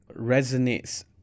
resonates